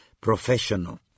professional